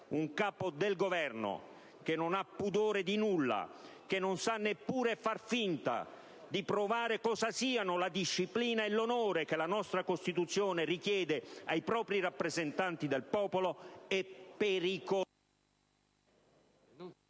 Un Capo del Governo che non ha pudore di nulla, che non sa neppure far finta di provare cosa siano la disciplina e l'onore che la nostra Costituzione richiede ai propri rappresentanti del popolo, è pericoloso